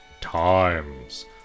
times